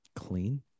Clean